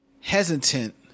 hesitant